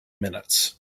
minutes